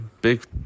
big